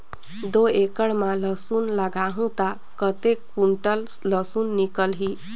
दो एकड़ मां लसुन लगाहूं ता कतेक कुंटल लसुन निकल ही?